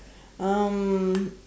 um